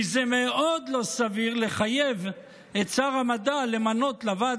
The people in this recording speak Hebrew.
כי זה מאוד לא סביר לחייב את שר המדע למנות לוועד